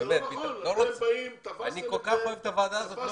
אני כל כך אוהב את הוועדה הזאת.